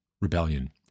rebellion